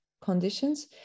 conditions